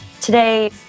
today